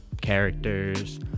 characters